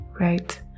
right